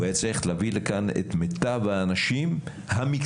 הוא היה צריך להביא לכאן את מיטב האנשים המקצועיים.